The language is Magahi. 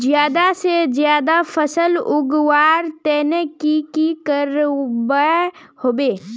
ज्यादा से ज्यादा फसल उगवार तने की की करबय होबे?